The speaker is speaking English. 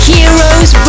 Heroes